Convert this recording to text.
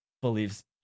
believes